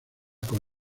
con